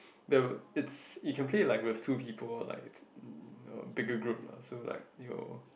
there were it's you can play it like with two people like it's uh bigger group lah so like your